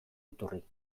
iturri